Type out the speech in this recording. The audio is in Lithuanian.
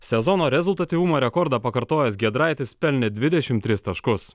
sezono rezultatyvumo rekordą pakartojęs giedraitis pelnė dvidešimt tris taškus